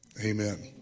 Amen